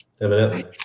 evidently